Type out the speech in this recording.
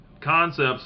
concepts